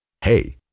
Hey